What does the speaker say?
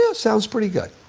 yeah sounds pretty good.